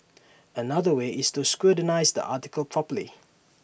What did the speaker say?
another way is to scrutinise the article properly